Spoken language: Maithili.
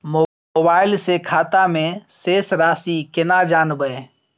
मोबाइल से खाता में शेस राशि केना जानबे?